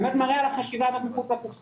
שבאמת מראה על החשיבה הזאת מחוץ לקופסה.